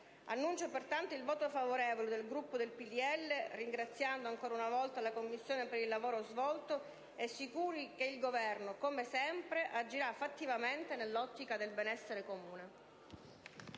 Annuncio pertanto il voto favorevole del Gruppo PdL, ringraziando ancora una volta la Commissione per il lavoro svolto, nella certezza che il Governo, come sempre, agirà fattivamente nell'ottica del benessere comune.